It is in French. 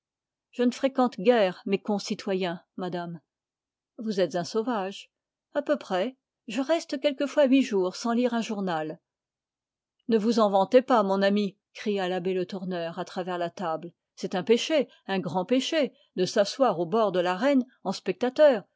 je ne fréquente guère mes concitoyens madame vous êtes un sauvage à peu près je reste quelquefois huit jours sans lire un journal ne vous en vantez pas mon ami cria l'abbé le tourneur à travers la table c'est un péché un grand péché de s'asseoir au bord de l'arène en spectateur